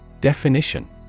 Definition